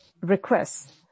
requests